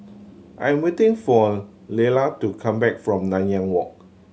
I'm waiting for Leala to come back from Nanyang Walk